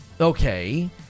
Okay